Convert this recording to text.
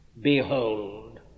behold